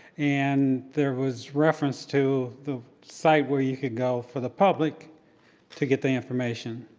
and there was reference to the site where you could go for the public to get the information.